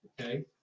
Okay